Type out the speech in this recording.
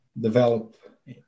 develop